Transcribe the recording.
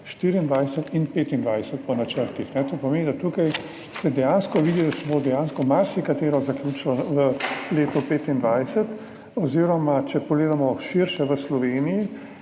2024 in 2025, po načrtih. To pomeni, da se tukaj vidi, da smo dejansko marsikaj zaključili v letu 2025 oziroma če pogledamo širše v Sloveniji,